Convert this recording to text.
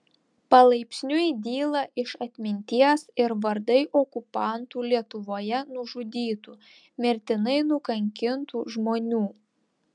palaipsniui dyla iš atminties ir vardai okupantų lietuvoje nužudytų mirtinai nukankintų žmonių